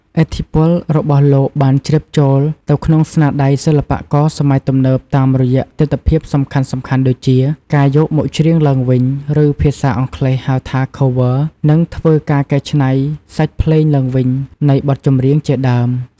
ឥទ្ធិពលរបស់លោកបានជ្រាបចូលទៅក្នុងស្នាដៃសិល្បករសម័យទំនើបតាមរយៈទិដ្ឋភាពសំខាន់ៗដូចជា ការយកមកច្រៀងឡើងវិញ ឬភាសាអង់គ្លេស ហៅថា Cover និងធ្វើ ការកែច្នៃនៃសាច់ភ្លេងឡើងវិញ នៃបទចម្រៀងជាដើម ។